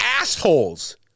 assholes